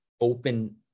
open